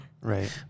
Right